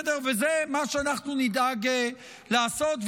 זה מה שאנחנו נדאג לעשות,